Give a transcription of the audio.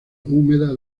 húmeda